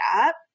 up